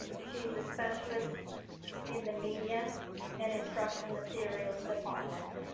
she is the specialist in the media and instructional materials department.